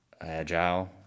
Agile